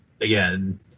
again